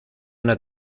una